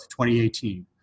2018